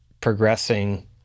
progressing